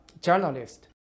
journalist